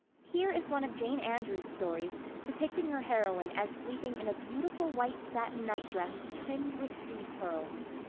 here is one of jane andrews' stories depicting her heroine as sleeping in a beautiful white satin nightdress trimmed with seed pearls.